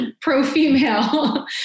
pro-female